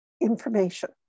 information